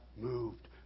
moved